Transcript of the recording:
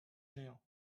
géants